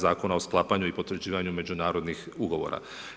Zakona o sklapanju i potvrđivanju međunarodnih ugovora.